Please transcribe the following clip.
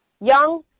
young